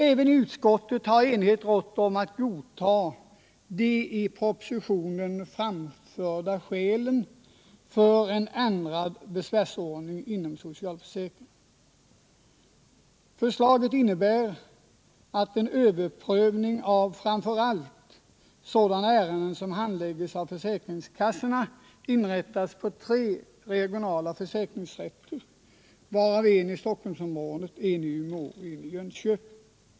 Även i utskottet har enighet rått om att godta de i propositionen framförda skälen för en ändrad besvärsorganisation inom socialförsäkringen. Förslaget innebär att för överprövning av framför allt sådana ärenden som handläggs av försäkringskassorna inrättas tre regionala försäkringsrätter — en i Stockholmsområdet, en i Umeå och en i Jönköping.